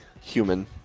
human